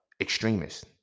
extremists